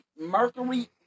Mercury